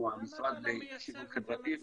כמו המשרד לשוויון חברתי וכו'.